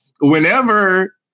whenever